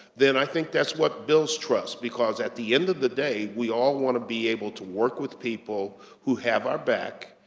then i think that's what builds trust. because at the end of the day, we all want to be able to work with people who have our back,